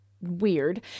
weird